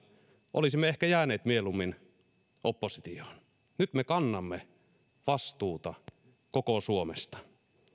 olisimme ehkä jääneet mieluummin oppositioon nyt me kannamme vastuuta koko suomesta